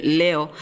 leo